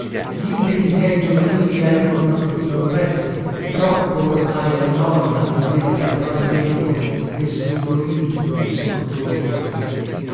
lanimo glimpeti miei giovanili erano abbattuti da un pezzo troppo ormai la noja mi aveva tarlato dentro e svigorito il cordoglio